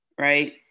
right